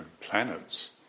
planets